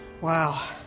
Wow